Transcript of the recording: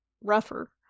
rougher